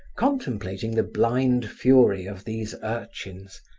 contemplating the blind fury of these urchins,